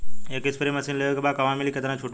एक spray machine लेवे के बा कहवा मिली केतना छूट मिली?